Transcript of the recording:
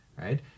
right